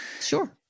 Sure